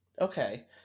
Okay